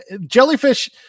jellyfish